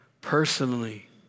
Personally